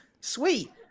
Sweet